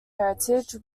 heritage